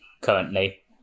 currently